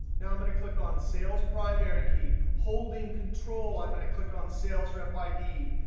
now i'm going to click on sales primary key. holding control, i'm going to click on sales rep id.